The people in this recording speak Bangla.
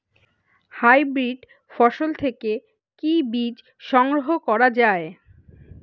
হাইব্রিড ফসল থেকে কি বীজ সংগ্রহ করা য়ায়?